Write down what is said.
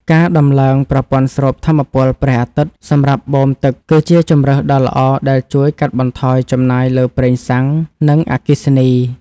ការដំឡើងប្រព័ន្ធស្រូបថាមពលព្រះអាទិត្យសម្រាប់បូមទឹកគឺជាជម្រើសដ៏ល្អដែលជួយកាត់បន្ថយចំណាយលើប្រេងសាំង និងអគ្គិសនី។